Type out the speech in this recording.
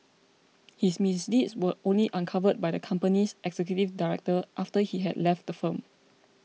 his misdeeds were only uncovered by the company's executive director after he had left the firm